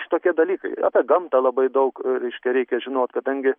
šitokie dalykai apie gamtą labai daug reiškia reikia žinot kadangi